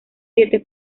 siete